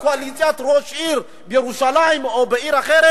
קואליציית ראש עיר בירושלים או בעיר אחרת,